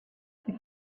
the